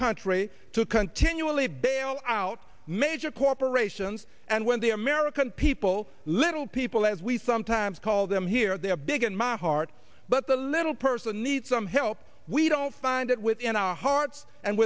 country to continually bail out major corporations and when the american people little people as we sometimes call them here they are big in my heart but the little person needs some help we don't find it within our hearts and